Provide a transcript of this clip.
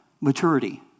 maturity